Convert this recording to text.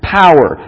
power